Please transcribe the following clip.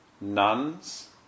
nuns